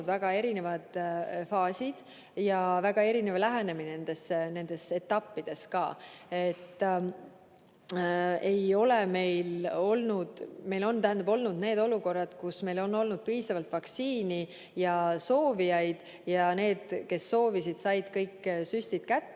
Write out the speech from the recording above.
väga erinevad faasid ja väga erinev lähenemine nendes etappides. Meil on olnud olukord, kus on olnud piisavalt vaktsiini ja soovijaid ja kõik need, kes on soovinud, said kõik süstid kätte.